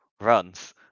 runs